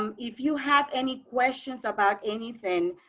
um if you have any questions about anything,